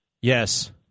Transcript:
Yes